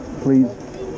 please